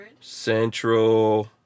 Central